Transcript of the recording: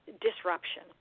disruption